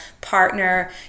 partner